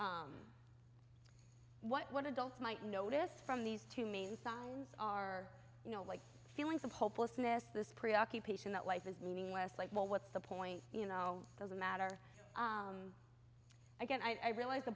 d what adults might notice from these two main sides are you know like feelings of hopelessness this preoccupation that life is meaningless like well what's the point you know doesn't matter again i realize